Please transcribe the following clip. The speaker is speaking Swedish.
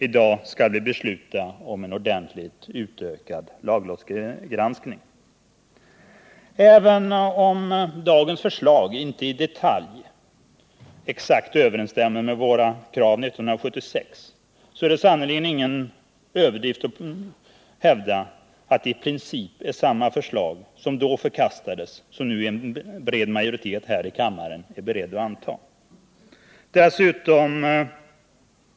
I dag skall vi besluta om en ordentligt utökad lagrådsgranskning. Även om dagens förslag inte i detalj exakt överensstämmer med våra krav från 1976 är det sannerligen ingen överdrift att hävda att det i princip är samma förslag som då förkastades som nu en bred majoritet här i riksdagen är beredd att anta.